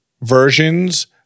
versions